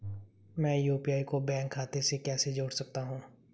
मैं यू.पी.आई को बैंक खाते से कैसे जोड़ सकता हूँ?